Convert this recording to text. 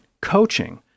coaching